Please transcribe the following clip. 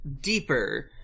Deeper